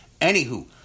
Anywho